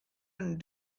and